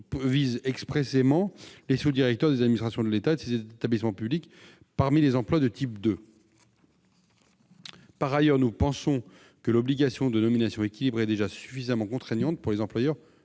vise expressément les sous-directeurs des administrations de l'État et de ses établissements publics parmi les emplois de type 2. Par ailleurs, nous pensons que l'obligation de nominations équilibrées est déjà suffisamment contraignante pour les employeurs